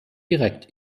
direkt